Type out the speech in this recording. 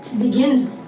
begins